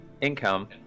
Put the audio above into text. income